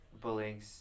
bullying